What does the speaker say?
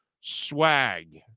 swag